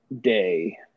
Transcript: day